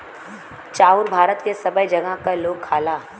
चाउर भारत के सबै जगह क लोग खाला